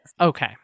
Okay